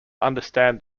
understand